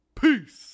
Peace